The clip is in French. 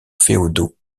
féodaux